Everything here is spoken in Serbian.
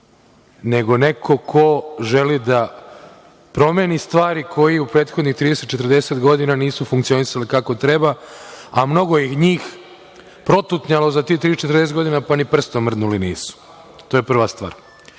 nego neko ko želi da promeni stvari, koje u prethodnih 30-40 godina nisu funkcionisale kako treba, a mnogo je njih protutnjalo za tih 40 godina, pa ni prstom mrdnuli nisu. To je prva stvar. Ne